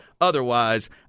otherwise